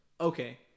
Okay